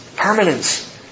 Permanence